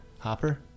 Hopper